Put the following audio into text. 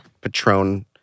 Patron